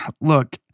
look